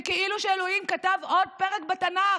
זה כאילו שאלוהים כתב עוד פרק בתנ"ך,